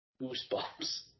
goosebumps